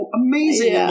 amazing